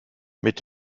mit